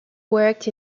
worked